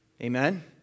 amen